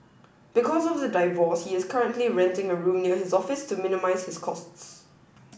because of the divorce he is currently renting a room near his office to minimise his costs